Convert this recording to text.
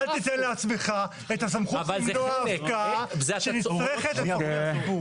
אל תיתן לעצמך את הסמכות למנוע הפקעה שנצרכת לצורכי ציבור.